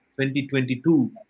2022